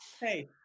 Hey